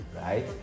Right